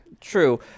True